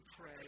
pray